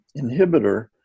inhibitor